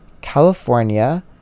California